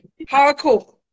Hardcore